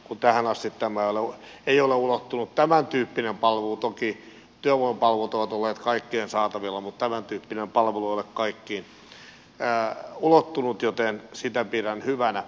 tähän asti tämä laulu ei ole ulottunut tämäntyyppinen palvelu toki työvoimapalvelut ovat olleet kaikkien saatavilla ei ole kaikkiin ulottunut joten sitä pidän hyvänä